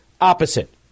opposite